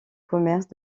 commerce